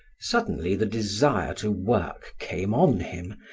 suddenly the desire to work came on him,